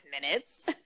minutes